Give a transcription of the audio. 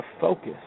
focus